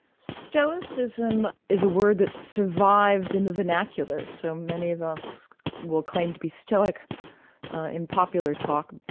stoicism is a word that survived in the vernacular. so many of us will claim to be stoic in popular talk.